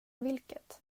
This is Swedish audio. vilket